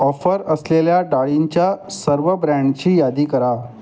offer असलेल्या डाळींच्या सर्व ब्रँडची यादी करा